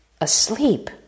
asleep